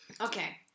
Okay